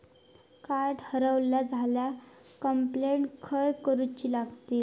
Card हरवला झाल्या complaint खय करूची लागतली?